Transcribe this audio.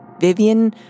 Vivian